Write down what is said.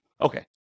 Okay